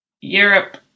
Europe